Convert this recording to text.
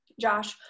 Josh